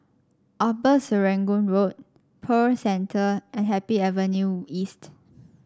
Upper Serangoon Road Pearl Centre and Happy Avenue East